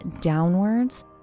downwards